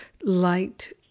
light